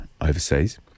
overseas